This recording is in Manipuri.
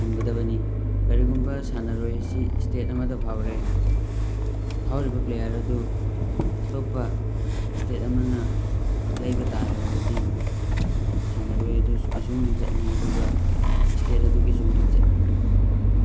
ꯊꯝꯒꯗꯕꯅꯤ ꯀꯔꯤꯒꯨꯝꯕ ꯁꯥꯟꯅꯔꯣꯏ ꯑꯁꯤ ꯁ꯭ꯇꯦꯠ ꯑꯃꯗ ꯐꯥꯎꯔꯦ ꯐꯥꯎꯔꯤꯕ ꯄ꯭ꯂꯦꯌꯥꯔ ꯑꯗꯨ ꯑꯇꯣꯞꯄ ꯁ꯭ꯇꯦꯠ ꯑꯃꯅ ꯂꯩꯕ ꯇꯥꯔꯒꯗꯤ ꯁꯥꯟꯅꯔꯣꯏ ꯑꯗꯨꯒꯤꯁꯨ ꯃꯤꯡꯆꯠꯅꯤ ꯑꯗꯨꯒ ꯁ꯭ꯇꯦꯠ ꯑꯗꯨꯒꯤꯁꯨ ꯃꯤꯡꯆꯠꯅꯤ